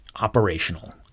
Operational